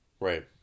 Right